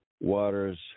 waters